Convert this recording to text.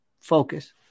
Focus